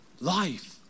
Life